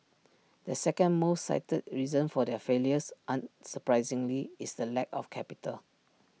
the second most cited reason for their failures unsurprisingly is the lack of capital